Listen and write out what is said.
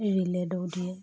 relay দৌৰ দিয়ে